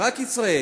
אבל רק ישראל,